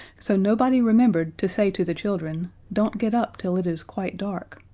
so nobody remembered to say to the children don't get up till it is quite dark!